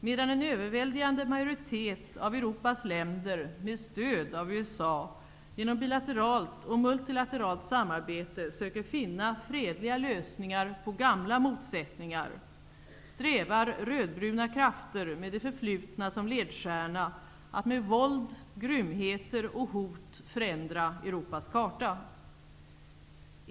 Medan en överväldigande majoritet av Europas länder, med stöd av USA, genom bilateralt och multilateralt samarbete söker finna fredliga lösningar på gamla motsättningar, strävar rödbruna krafter med det förflutna som ledstjärna efter att med våld, grymheter och hot förändra Europas karta.